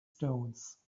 stones